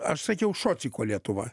aš sakiau šociko lietuva